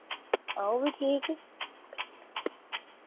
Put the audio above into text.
अ'ऊं बी ठीक